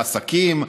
לעסקים: